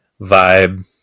vibe